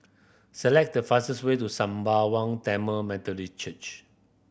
select the fastest way to Sembawang Tamil Methodist Church